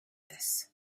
this